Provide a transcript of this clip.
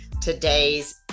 today's